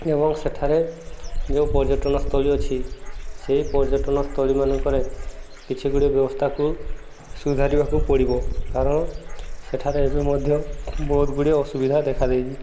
ଏବଂ ସେଠାରେ ଯେଉଁ ପର୍ଯ୍ୟଟନସ୍ଥଳୀ ଅଛି ସେଇ ପର୍ଯ୍ୟଟନସ୍ଥଳୀ ମାନଙ୍କରେ କିଛି ଗୁଡ଼ିଏ ବ୍ୟବସ୍ଥାକୁ ସୁଧାରିବାକୁ ପଡ଼ିବ କାରଣ ସେଠାରେ ଏବେ ମଧ୍ୟ ବହୁତ ଗୁଡ଼ିଏ ଅସୁବିଧା ଦେଖାଦେଇଛି